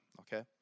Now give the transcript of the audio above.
okay